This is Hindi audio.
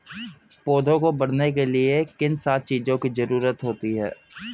पौधों को बढ़ने के लिए किन सात चीजों की जरूरत होती है?